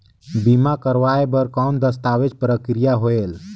बीमा करवाय बार कौन दस्तावेज प्रक्रिया होएल?